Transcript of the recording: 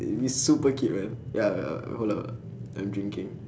and it's super cute man ya ya hold up uh I'm drinking